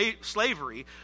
slavery